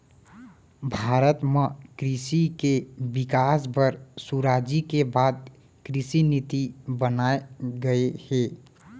भारत म कृसि के बिकास बर सुराजी के बाद कृसि नीति बनाए गये हे